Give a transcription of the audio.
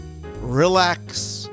relax